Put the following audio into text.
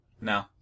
No